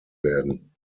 werden